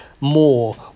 more